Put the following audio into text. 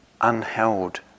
unheld